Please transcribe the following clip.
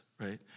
right